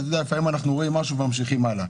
כי לפעמים רואים משהו וממשיכים הלאה.